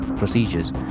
Procedures